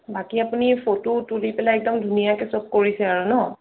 বাকী আপুনি ফটো তুলি পেলাই একদম ধুনীয়াকে চব কৰিছে আৰু ন